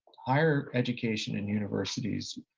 higher education and universities